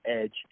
edge